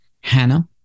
Hannah